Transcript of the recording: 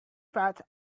path